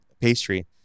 pastry